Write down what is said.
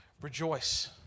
rejoice